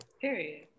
Period